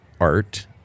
art